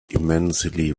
immensely